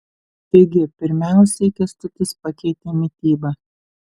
taigi pirmiausiai kęstutis pakeitė mitybą